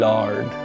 Lord